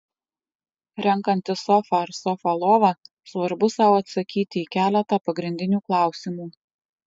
renkantis sofą ar sofą lovą svarbu sau atsakyti į keletą pagrindinių klausimų